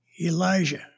Elijah